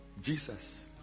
Jesus